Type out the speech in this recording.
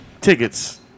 tickets